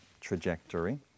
trajectory